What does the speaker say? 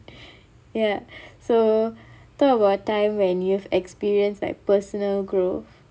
ya so talk about a time when you've experienced like personal growth